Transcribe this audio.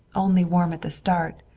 only warm at the start,